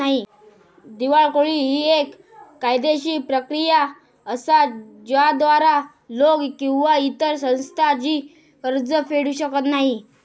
दिवाळखोरी ही येक कायदेशीर प्रक्रिया असा ज्याद्वारा लोक किंवा इतर संस्था जी कर्ज फेडू शकत नाही